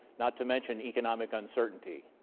not to mention economic uncertainty.